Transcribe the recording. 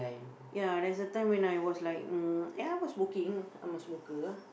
ya there's a time when I was like uh ya I'm smoking I'm a smoker